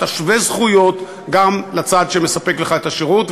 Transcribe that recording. אתה שווה זכויות לצד שמספק לך את השירות.